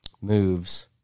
moves